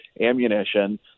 ammunition